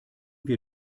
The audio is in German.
wir